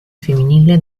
femminile